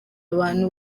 abantu